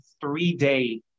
three-day